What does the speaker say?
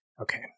okay